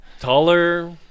Taller